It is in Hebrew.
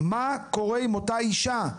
מה קורה עם אותה אישה?